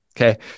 Okay